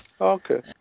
Okay